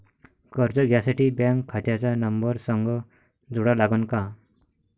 कर्ज घ्यासाठी बँक खात्याचा नंबर संग जोडा लागन का?